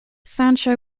sancho